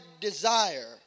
desire